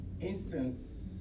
instance